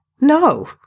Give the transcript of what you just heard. no